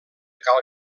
cal